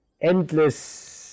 endless